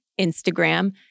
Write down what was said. Instagram